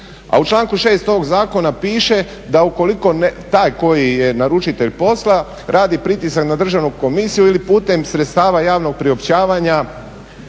A u članku 6. ovog zakona piše da ukoliko taj koji je naručitelj posla radi pritisak na Državnu komisiju ili putem sredstava javnog priopćavanja